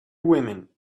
women